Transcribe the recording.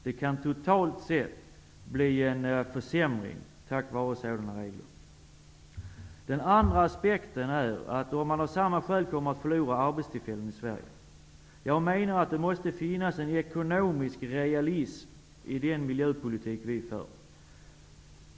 Det kan totalt sett bli en försämring på grund av sådana regler. Den andra aspekten är att man av samma skäl kommer att förlora arbetstillfällen i Sverige. Jag menar att det måste finnas en ekonomisk realism i den miljöpolitik vi för.